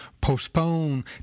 postpone